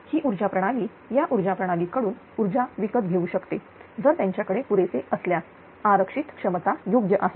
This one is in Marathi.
ही ऊर्जा प्रणाली या ऊर्जा प्रणाली कडून ऊर्जा विकत घेऊ शकते जर त्यांच्याकडे पुरेसे असल्यास आरक्षित क्षमता योग्य आहे